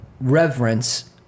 reverence